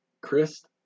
Chris